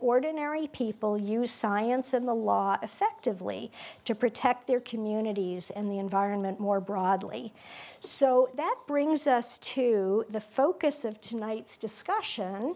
ordinary people use science and the law affectively to protect their communities and the environment more broadly so that brings us to the focus of tonight's discussion